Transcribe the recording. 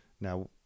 Now